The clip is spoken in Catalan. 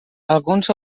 alguns